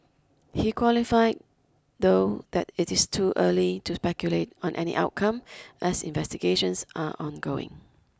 he qualified though that it is too early to speculate on any outcome as investigations are ongoing